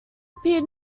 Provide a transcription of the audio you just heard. appeared